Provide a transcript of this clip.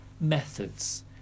methods